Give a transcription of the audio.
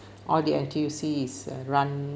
all the N_T_U_C is uh run